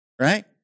Right